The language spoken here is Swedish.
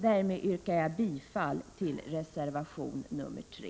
Därmed yrkar jag bifall till reservation nr 3.